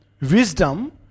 Wisdom